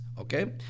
okay